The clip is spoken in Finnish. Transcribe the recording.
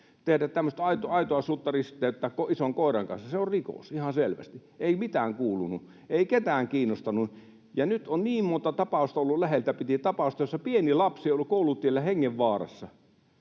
aitoa sutta risteyttää ison koiran kanssa. Se on rikos, ihan selvästi. Ei mitään kuulunut, ei ketään kiinnostanut. Ja nyt on niin monta läheltä piti ‑tapausta ollut, jossa pieni lapsi on ollut koulutiellä hengenvaarassa.